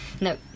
No